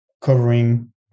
covering